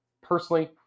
Personally